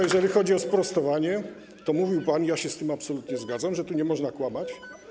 Jeżeli chodzi o sprostowanie, to mówił pan, i ja się z tym absolutnie zgadam, że tu nie można kłamać.